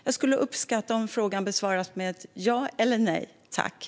Jag skulle uppskatta om frågan besvarades med ett ja eller ett nej.